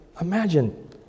Imagine